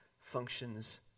functions